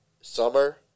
summer